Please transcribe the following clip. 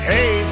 Hey